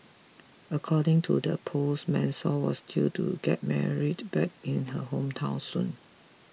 according to the post Marisol was due to get married back in her hometown soon